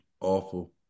awful